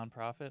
nonprofit